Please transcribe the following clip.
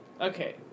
Okay